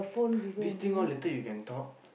this thing all later you can talk